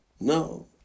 no